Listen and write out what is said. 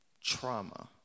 trauma